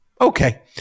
Okay